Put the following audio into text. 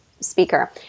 speaker